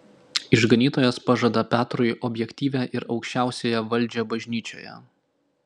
išganytojas pažada petrui objektyvią ir aukščiausiąją valdžią bažnyčioje